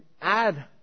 add